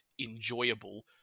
enjoyable